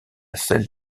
celles